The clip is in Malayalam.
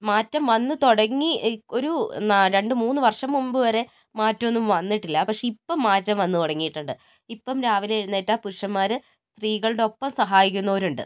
മാറ്റം വന്ന് തുടങ്ങി ഒരു രണ്ട് മൂന്ന് വർഷം മുൻപ് വരെ മാറ്റം ഒന്നും വന്നിട്ടില്ല പക്ഷേ ഇപ്പം മാറ്റം വന്ന് തുടങ്ങീട്ടുണ്ട് ഇപ്പം രാവിലെ എഴുന്നേറ്റാൽ പുരുഷന്മാർ സ്ത്രീകൾടെ ഒപ്പം സഹായിക്കുന്നവരുണ്ട്